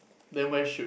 then where should